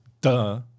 Duh